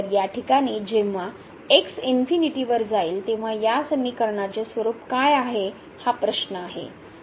तर या ठिकाणी जेंव्हा x वर जाईल तेंव्हा या समीकरणाचे स्वरूप काय आहे हा प्रश्न आहे